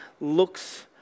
looks